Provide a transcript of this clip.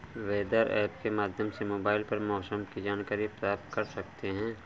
weather app के माध्यम से मोबाइल पर मौसम की जानकारी प्राप्त कर सकते हैं